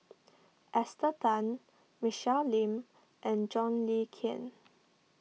Esther Tan Michelle Lim and John Le Cain